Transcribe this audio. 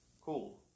cool